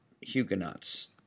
Huguenots